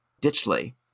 Ditchley